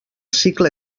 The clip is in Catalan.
cicle